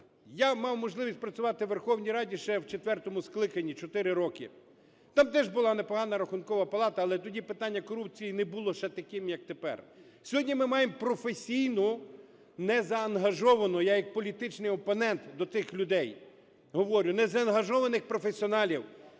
Я мав можливість працювати у Верховній Раді ще у четвертому скликанні чотири роки, там теж була непогана Рахункова палата, але тоді питання корупції не було ще таким, як тепер. Сьогодні ми маємо професійну, незаангажовану, я як політичний опонент до тих людей говорю - незаангажованих професіоналів,